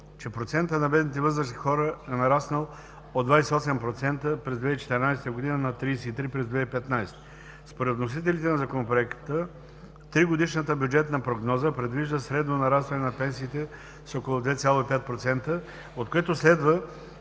че процентът на бедните възрастни хора е нараснал от 28 през 2014 г. на 33 през 2015 г. Според вносителите на Законопроекта тригодишната бюджетна прогноза предвижда средно нарастване на пенсиите с около 2,5%, от което следва,